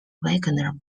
wagner